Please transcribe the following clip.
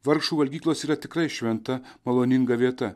vargšų valgyklos yra tikrai šventa maloninga vieta